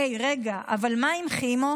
הי, רגע, אבל מה עם כימו?